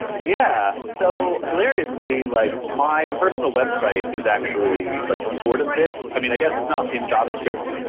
yeah. so, hilariously, like my personal website is actually like sort of this. i mean, i guess it's not in javascript.